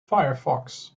firefox